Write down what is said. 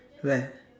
where